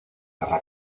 guerra